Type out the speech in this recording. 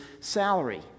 salary